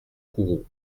kourou